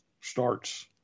starts